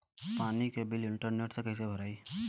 पानी के bill internet से कइसे भराई?